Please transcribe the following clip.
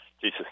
Jesus